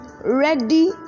ready